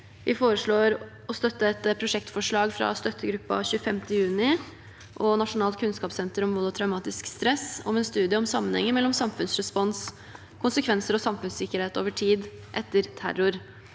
Vi foreslår å støtte et prosjektforslag fra Støttegruppa 25. juni og Nasjonalt kunnskapssenter om vold og traumatisk stress om en studie om sammenhenger mellom samfunnsrespons, konsekvenser og samfunnssikkerhet over tid etter terror.